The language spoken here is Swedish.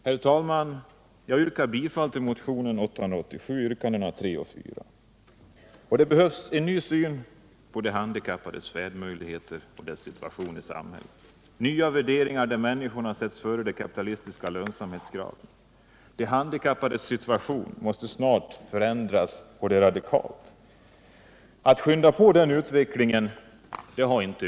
Herr talman! Jag yrkar bifall till vpk-motionen 887, yrkandena 3 och 4. Det behövs en ny syn på de handikappades färdmöjligheter och deras situation i samhället, nya värderingar där människorna sätts före de kapitalistiska lönsamhetskraven. De handikappades situation måste snart förändras radikalt.